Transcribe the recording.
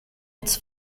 its